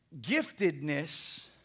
Giftedness